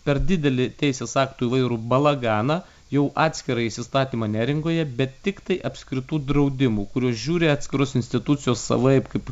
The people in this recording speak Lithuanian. per didelį teisės aktų įvairų balaganą jau atskirą įsistatymą neringoje bet tiktai apskritų draudimų kuriuos žiūri atskiros institucijos savaip